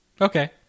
Okay